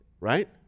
right